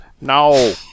No